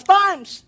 times